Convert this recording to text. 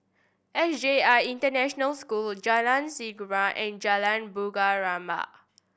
S J I International School Jalan Serengam and Jalan Bunga Rampai